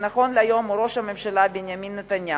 שנכון להיום הוא ראש הממשלה בנימין נתניהו,